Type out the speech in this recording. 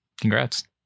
congrats